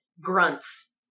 grunts